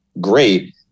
great